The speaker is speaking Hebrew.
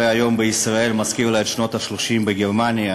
היום בישראל מזכיר לה את שנות ה-30 בגרמניה,